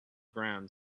ground